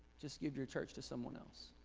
just give your church to someone else?